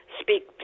speak